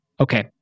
Okay